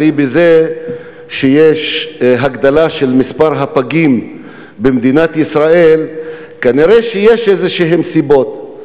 הרי לגידול מספר הפגים במדינת ישראל יש כנראה איזשהן סיבות.